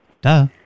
Duh